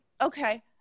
Okay